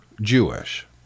Jewish